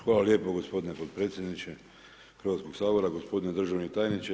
Hvala lijepa gospodine potpredsjedniče Hrvatskog sabora, gospodine državne tajniče.